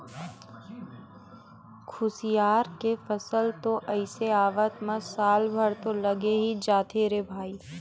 खुसियार के फसल तो अइसे आवत म साल भर तो लगे ही जाथे रे भई